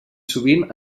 sovint